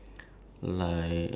and then we have like